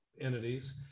entities